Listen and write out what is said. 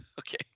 Okay